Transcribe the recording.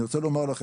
אני רוצה לכם,